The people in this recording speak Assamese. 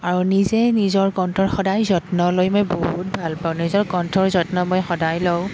আৰু নিজে নিজৰ কণ্ঠৰ সদায় যত্ন লৈ মই বহুত ভাল পাওঁ নিজৰ কণ্ঠৰ যত্ন মই সদায় লওঁ